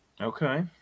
Okay